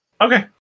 okay